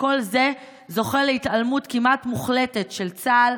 וכל זה זוכה להתעלמות כמעט מוחלטת של צה"ל,